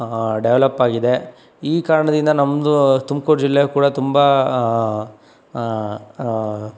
develop ಆಗಿದೆ ಈ ಕಾರಣದಿಂದ ನಮ್ದು ತುಮಕೂರು ಜಿಲ್ಲೆ ಕೂಡ ತುಂಬ